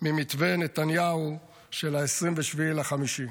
ממתווה נתניהו של 27 במאי.